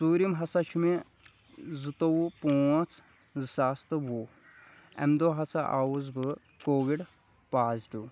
ژوٗرِم ہَسا چھُ مےٚ زٕتووُہ پانٛژھ زٕساس تہٕ وُہ اَمہِ دۄہ ہَسا آوُس بہٕ کووِڈ پازٹیوٗ